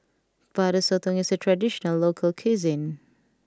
Butter Sotong is a traditional local cuisine